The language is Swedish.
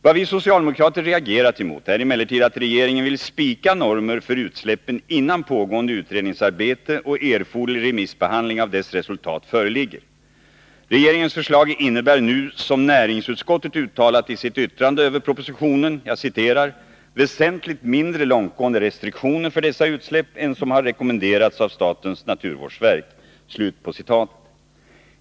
Vad vi socialdemokrater reagerat emot är emellertid att regeringen vill spika normer för utsläppen innan pågående utredningsarbete och erforderlig remissbehandling av detta resultat föreligger. Regeringens förslag innebär nu, som näringsutskottet uttalat i sitt yttrande över propositionen, ”väsentligt mindre långtgående restriktioner för dessa utsläpp än som har rekommenderats av statens naturvårdsverk”.